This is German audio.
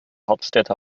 hauptstädte